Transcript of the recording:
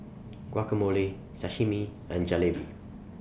Guacamole Sashimi and Jalebi